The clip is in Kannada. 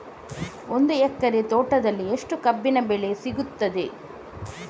ಒಂದು ಎಕರೆ ತೋಟದಲ್ಲಿ ಎಷ್ಟು ಕಬ್ಬಿನ ಬೆಳೆ ಸಿಗುತ್ತದೆ?